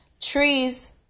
trees